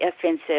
offensive